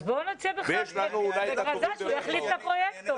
אז בואו נציע שהוא יחליף את הפרויקטור.